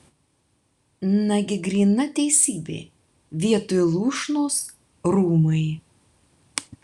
nagi gryna teisybė vietoj lūšnos rūmai